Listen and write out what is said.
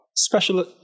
Special